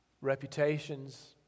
reputations